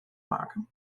maken